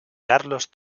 carlos